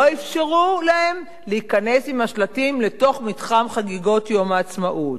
לא אפשרו להם להיכנס עם השלטים לתוך מתחם חגיגות יום העצמאות.